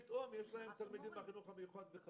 פתאום יש להם תלמידים מן החינוך המיוחד.